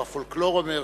או הפולקלור אומר,